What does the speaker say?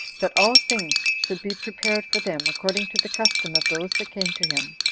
that all things should be prepared for them according to the custom of those that came to him,